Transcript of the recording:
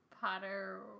Potter